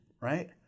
Right